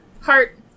heart